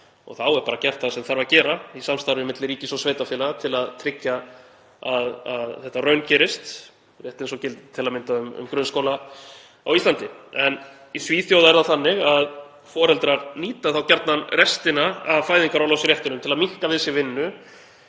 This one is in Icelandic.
Þá er bara gert það sem þarf að gera, í samstarfi milli ríkis og sveitarfélaga, til að tryggja að þetta raungerist, rétt eins og gildir til að mynda um grunnskóla á Íslandi. Í Svíþjóð er það þannig að foreldrar nýta þá gjarnan restina af fæðingarorlofsréttinum til að minnka við sig vinnu